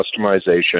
customization